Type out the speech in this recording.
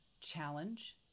challenge